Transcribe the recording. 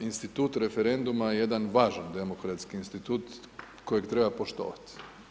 Institut referenduma je jedan važan demokratski institutu kojeg treba poštovati.